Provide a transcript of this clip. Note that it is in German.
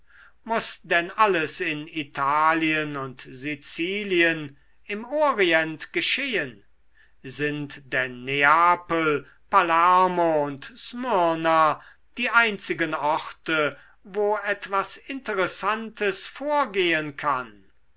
muß denn alles in italien und sizilien im orient geschehen sind denn neapel palermo und smyrna die einzigen orte wo etwas interessantes vorgehen kann